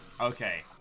Okay